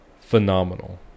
phenomenal